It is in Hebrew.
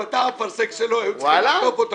היו צריכים לקטוף אותו.